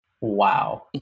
Wow